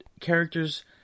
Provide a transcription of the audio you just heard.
characters